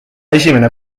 esimene